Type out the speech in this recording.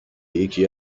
یکی